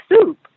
soup